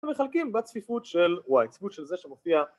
ומחלקים בצפיפות של Y, צפיפות של זה שמופיע